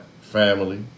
family